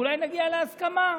ואולי נגיע להסכמה.